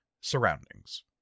surroundings